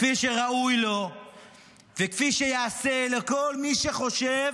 כפי שראוי לו וכפי שייעשה לכל מי שחושב